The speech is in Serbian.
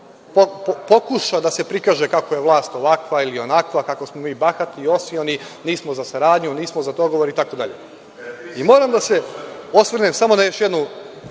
pokuša da se prikaže kako je vlast ovakva ili onakva, kako smo mi bahati i osioni, nismo za saradnju, nismo za dogovor i tako dalje. Moram da se osvrnem na još jedan